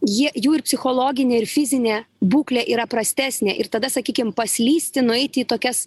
jie jų ir psichologinė ir fizinė būklė yra prastesnė ir tada sakykim paslysti nueiti į tokias